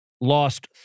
lost